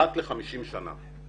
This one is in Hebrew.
אחת לחמישים שנים.